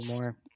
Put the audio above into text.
more